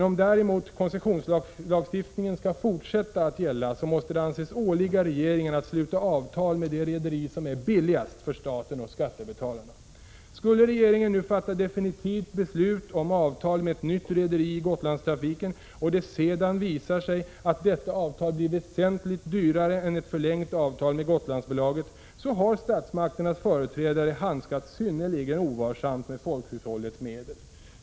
Om däremot koncessionslagstiftningen skall fortsätta att gälla, måste det anses åligga regeringen att sluta avtal med det rederi som är billigast för staten och skattebetalarna. Skulle regeringen nu fatta definitivt beslut om avtal med ett nytt rederi i Gotlandstrafiken och det sedan visar sig att detta avtal blir väsentligt dyrare än ett förlängt avtal med Gotlandsbolaget, har statsmakternas företrädare handskats synnerligen ovarsamt med folkhushållets medel.